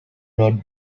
not